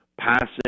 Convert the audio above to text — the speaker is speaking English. passing